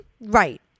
Right